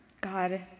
God